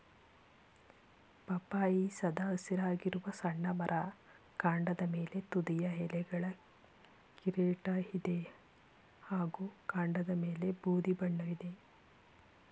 ಪಪ್ಪಾಯಿ ಸದಾ ಹಸಿರಾಗಿರುವ ಸಣ್ಣ ಮರ ಕಾಂಡದ ಮೇಲೆ ತುದಿಯ ಎಲೆಗಳ ಕಿರೀಟ ಇದೆ ಹಾಗೂ ಕಾಂಡದಮೇಲೆ ಬೂದಿ ಬಣ್ಣವಿದೆ